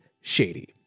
shady